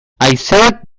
haizeak